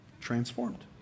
transformed